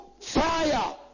fire